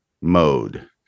mode